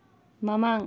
ꯃꯃꯥꯡ